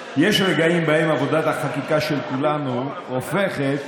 חברות וחברי כנסת נכבדים, חבר הכנסת עודה,